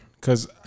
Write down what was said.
Cause